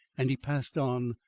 and he passed on,